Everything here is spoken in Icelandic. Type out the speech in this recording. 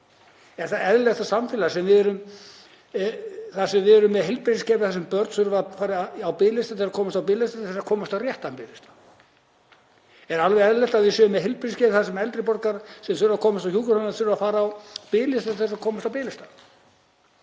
Er það eðlilegt samfélag þar sem við erum með heilbrigðiskerfi þar sem börn þurfa að fara á biðlista til að komast á biðlista til að komast á réttan biðlista? Er alveg eðlilegt að við séum með heilbrigðiskerfi þar sem eldri borgarar sem þurfa að komast á hjúkrunarheimili þurfi að fara á biðlista til að komast á biðlista?